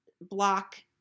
block